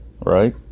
right